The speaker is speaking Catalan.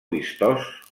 vistós